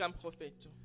prophet